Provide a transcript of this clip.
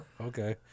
Okay